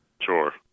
Sure